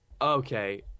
okay